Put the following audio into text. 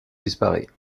disparaît